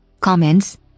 comments